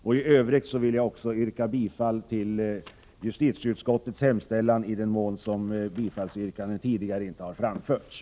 I Övrigt yrkar jag bifall till justitieutskottets hemställan i den mån bifallsyrkanden tidigare inte har framställts.